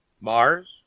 Mars